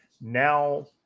Now